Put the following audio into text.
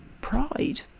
pride